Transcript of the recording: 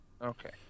Okay